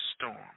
storm